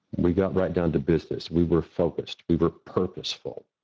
we got right down to business. we were focused. we were purposeful.